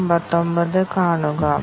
അപ്പോൾ ഞങ്ങൾ അത് എങ്ങനെ കാണിക്കും